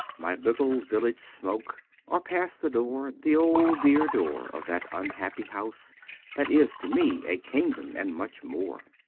my little village smoke or pass the door, the old dear door of that unhappy house that is to me a kingdom and much more?